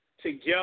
together